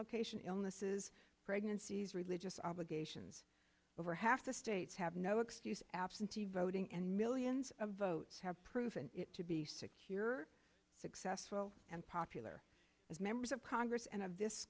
location illnesses pregnancies religious obligations over half the states have no excuse absentee voting and millions of votes have proven to be secure successful and popular as members of congress and of this